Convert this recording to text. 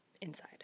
inside